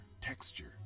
texture